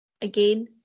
again